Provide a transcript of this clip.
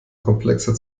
komplexer